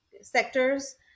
sectors